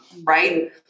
right